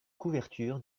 couverture